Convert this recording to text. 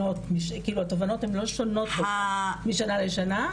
כאילו התובנות הן לא שונות משנה לשנה,